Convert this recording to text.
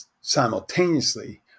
simultaneously